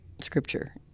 Scripture